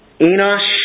Enosh